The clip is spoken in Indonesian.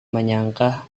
menyangka